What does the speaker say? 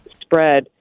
spread